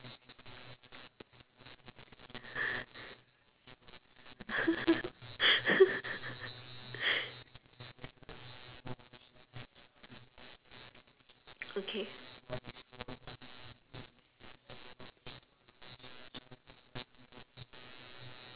okay